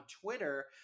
Twitter